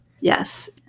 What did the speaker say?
yes